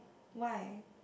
why